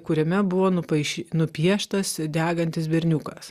kuriame buvo nupaišy nupieštas degantis berniukas